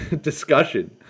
discussion